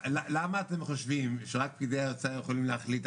למה אתם חושבים שרק פקידי האוצר יכולים להחליט?